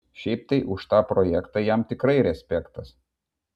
šiaip tai už tą projektą jam tikrai respektas